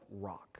rock